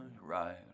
right